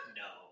no